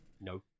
No